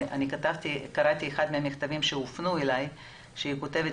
קראתי את אחד המכתבים שהופנו אליי מעובדת